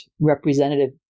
representative